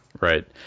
right